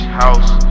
house